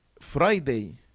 Friday